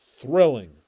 thrilling